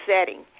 setting